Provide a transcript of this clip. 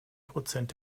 prozent